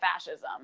fascism